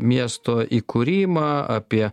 miesto įkūrimą apie